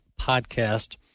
podcast